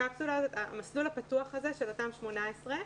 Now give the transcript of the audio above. המסלול הפתוח הזה, של אותם 18,